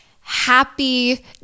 happy